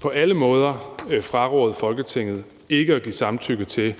på alle måder fraråde Folketinget ikke at give samtykke til,